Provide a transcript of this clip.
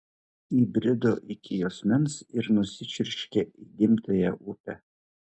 įbrido iki juosmens ir nusičiurškė į gimtąją upę